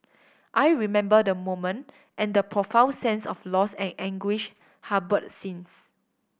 I remember the moment and the profound sense of loss and anguish harboured since